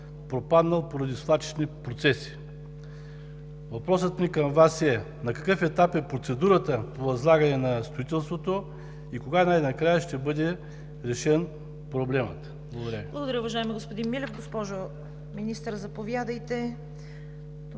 пропаднал поради свлачищни процеси. Въпросът ми към Вас е: на какъв етап е процедурата по възлагане на строителството и кога най-накрая ще бъде решен проблемът? Благодаря. ПРЕДСЕДАТЕЛ ЦВЕТА КАРАЯНЧЕВА: Благодаря, уважаеми господин Милев. Госпожо Министър, заповядайте